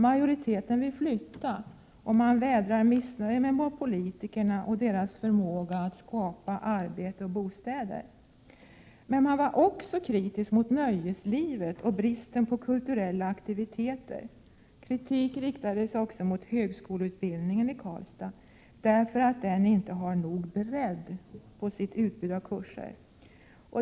Majoriteten vill flytta, och man vädrar missnöje med politikerna och deras förmåga att skapa arbete och bostäder. Men man var också kritisk mot nöjeslivet och bristen på kulturella aktiviteter. Kritik riktades också mot högskoleutbildningen i Karlstad, därför att den inte har nog bredd på sitt utbud av kurser.